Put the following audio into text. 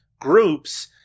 groups